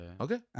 Okay